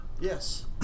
Yes